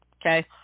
okay